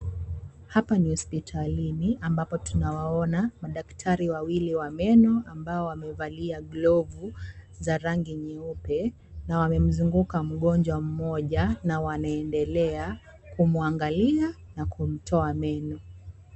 Hapa ni hospitalini ambapo tunawaona madaktari wawili wa meno ambao wamevalia glovu za rangi nyeupe, na wamemzunguka mgonjwa mmoja na wanaendelea kumwangalia na kumtoa meno.